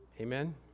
Amen